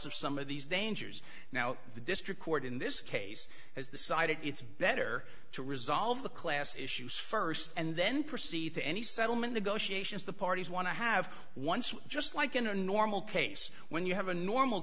of some of these dangers now the district court in this case has decided it's better to resolve the class issues st and then proceed to any settlement negotiations the parties want to have once just like in a normal case when you have a normal